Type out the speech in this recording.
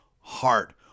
heart